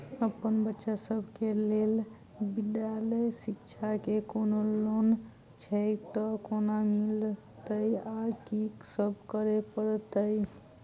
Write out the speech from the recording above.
अप्पन बच्चा सब केँ लैल विधालय शिक्षा केँ कोनों लोन छैय तऽ कोना मिलतय आ की सब करै पड़तय